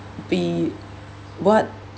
be what